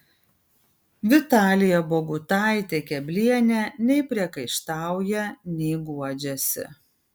vitalija bogutaitė keblienė nei priekaištauja nei guodžiasi